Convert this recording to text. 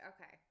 Okay